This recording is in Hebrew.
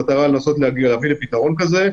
במטרה לנסות להביא לפתרון כזה.